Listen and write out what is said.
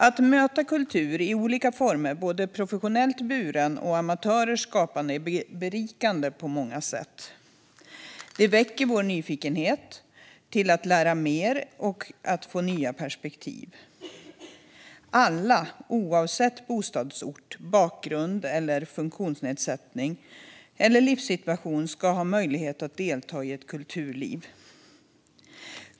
Att möta kultur i olika former, både professionellt buren kultur och amatörers skapande, är berikande på många sätt. Det väcker vår nyfikenhet att lära mer och få nya perspektiv. Alla, oavsett bostadsort, bakgrund, funktionsnedsättning och livssituation, ska ha möjlighet att delta i ett kulturliv.